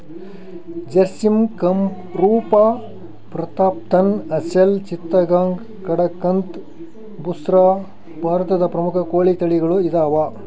ಜರ್ಸಿಮ್ ಕಂರೂಪ ಪ್ರತಾಪ್ಧನ್ ಅಸೆಲ್ ಚಿತ್ತಗಾಂಗ್ ಕಡಕಂಥ್ ಬುಸ್ರಾ ಭಾರತದ ಪ್ರಮುಖ ಕೋಳಿ ತಳಿಗಳು ಇದಾವ